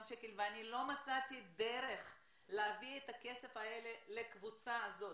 שקל ולא מצאתי דרך להביא את הכספים האלה לקבוצה הזאת,